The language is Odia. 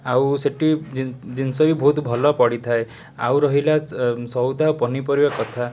ଆଉ ସେଇଟି ଜିନିଷ ବି ବହୁତ ଭଲ ପଡ଼ିଥାଏ ଆଉ ରହିଲା ସଉଦା ପନିପରିବା କଥା